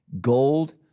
gold